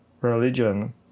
religion